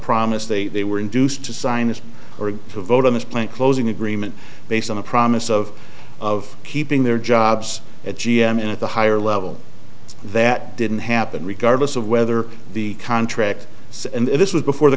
promise they they were induced to sign it or to vote on this plant closing agreement based on a promise of of keeping their jobs at g m and at the higher level that didn't happen regardless of whether the contract says and this was before the